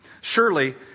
Surely